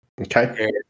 Okay